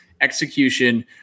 execution